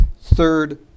third